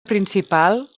principal